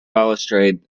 balustrade